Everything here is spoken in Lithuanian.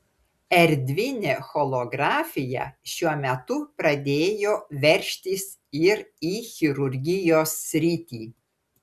erdvinė holografija šiuo metu pradėjo veržtis ir į chirurgijos sritį